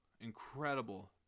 incredible